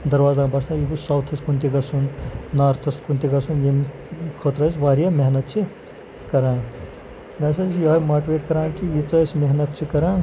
دَروازا باسان یہِ گوٚژھ سَوتھَس کُن تہِ گژھُن نارتھَس کُن تہِ گژھُن ییٚمہِ خٲطرٕ حظ واریاہ محنت چھِ کَران مےٚ ہَسا چھِ یِہٕے ماٹویٹ کَران کہِ ییٖژاہ أسۍ محنت چھِ کَران